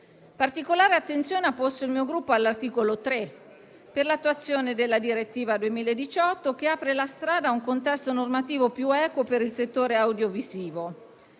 Particolare attenzione ha posto il mio Gruppo all'articolo 3 per l'attuazione della direttiva 2018, che apre la strada a un contesto normativo più equo per il settore audiovisivo,